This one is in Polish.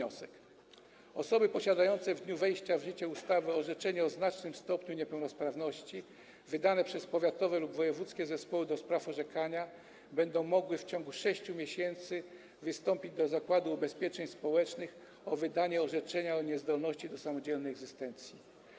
Osoby posiadające w dniu wejścia w życie ustawy orzeczenie o znacznym stopniu niepełnosprawności wydane przez powiatowe lub wojewódzkie zespoły do spraw orzekania będą mogły w ciągu 6 miesięcy wystąpić do Zakładu Ubezpieczeń Społecznych o wydanie orzeczenia o niezdolności do samodzielnej egzystencji.